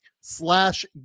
slash